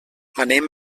anem